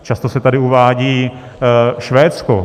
Často se tady uvádí Švédsko.